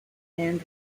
and